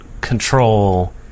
control